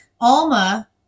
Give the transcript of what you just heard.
Alma